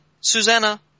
Susanna